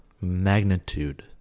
magnitude